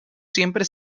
siempre